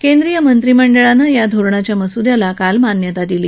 केंद्रीय मंत्रिमंडळानं या धोरणाच्या मस्द्याला काल मान्यता दिली